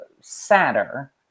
sadder